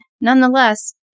nonetheless